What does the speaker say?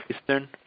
eastern